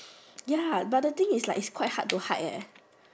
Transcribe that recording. ya but the thing is like it's quite hard to hide eh